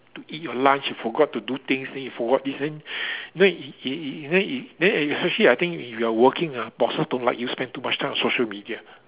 to eat your lunch you forgot to do things then you forgot this then if if if if then if then if especially if you are working ah bosses don't like you spend too much time on social media